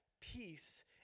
peace